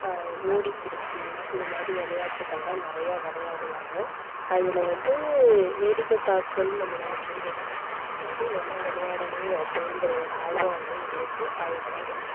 ஓடிபிடிச்சி இது மாதிரி விளையாட்டுக்கள்லாம் நிறைய விளையாடுவாங்க அதுல வந்து வேடிக்கை பார்க்கணுன்னு நம்ம நினச்சாலும் வேடிக்கை பார்க்க முடியாது ஏன்னா விளையாடணும் அப்படிங்குற ஒரு ஆர்வம் அதுலையே இருக்கும் அது மாதிரி